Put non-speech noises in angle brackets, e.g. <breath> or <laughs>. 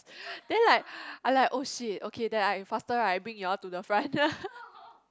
<breath> then like <breath> I like oh shit okay then I faster right bring you all to the front <laughs>